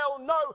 No